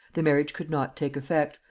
the marriage could not take effect,